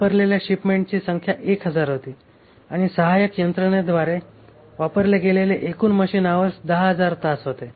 वापरलेल्या शिपमेंटची संख्या 1000 होती आणि सहायक यंत्रणेद्वारे वापरल्या गेलेले एकूण मशीन अवर्स 10000 तास होते